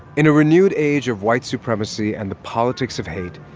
in a renewed age of white supremacy and the politics of hate,